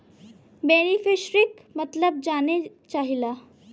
बेनिफिसरीक मतलब जाने चाहीला?